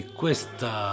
questa